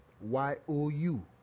Y-O-U